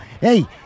Hey